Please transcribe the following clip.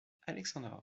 alexandre